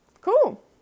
Cool